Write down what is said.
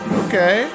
okay